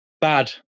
bad